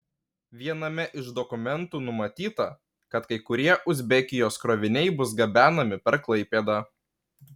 viename iš dokumentų numatyta kad kai kurie uzbekijos kroviniai bus gabenami per klaipėdą